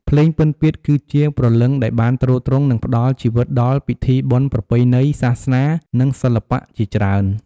ភ្លេងពិណពាទ្យ គឺជាព្រលឹងដែលបានទ្រទ្រង់ និងផ្តល់ជីវិតដល់ពិធីបុណ្យប្រពៃណី សាសនា និងសិល្បៈជាច្រើន។